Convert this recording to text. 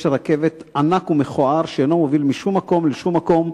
רכבת ענק ומכוער שאינו מוביל משום מקום לשום מקום,